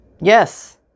Yes